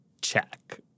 check